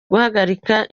guhagarika